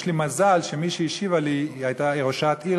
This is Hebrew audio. יש לי מזל שמי שהשיבה לי הייתה ראשת עיר